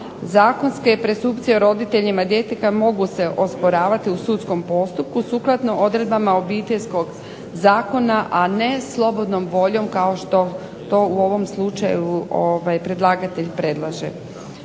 Zakonske presumpcije o roditeljima djeteta mogu se osporavati u sudskom postupku sukladno odredbama Obiteljskog zakona, a ne slobodnom voljom kao što to u ovom slučaju predlagatelj predlaže.